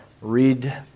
read